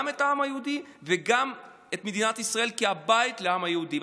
גם את העם היהודי וגם את מדינת ישראל כבית לעם היהודי.